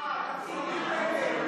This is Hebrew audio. אדם בעל מוגבלות שכלית או נפשית),